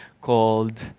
called